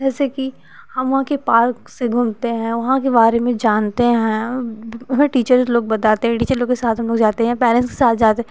जैसे कि हम वहाँ के पार्क से घूमते हैं वहाँ के बारे में जानते है हमें टीचर लोग बताते हैं टीचर लोग के साथ हम लोग जाते है पेरेंट्स के साथ जाते है